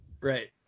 Right